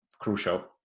crucial